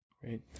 Great